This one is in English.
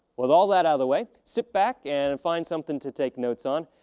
with all that out of the way, sit back and and find something to take notes on.